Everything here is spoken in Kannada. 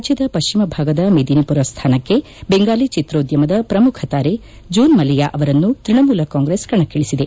ರಾಜ್ಯದ ಪಶ್ಚಿಮ ಭಾಗದ ಮೇದಿನಿಪುರ ಸ್ಥಾನಕ್ಕೆ ಬೆಂಗಾಲಿ ಚಿತ್ರೋದ್ಯಮದ ಪ್ರಮುಖ ತಾರೆ ಜೂನ್ಮಲಿಯಾ ಅವರನ್ನು ತೃಣಮೂಲ ಕಾಂಗ್ರೆಸ್ ಕಣಕ್ಕಿಳಿಸಿದೆ